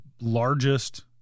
largest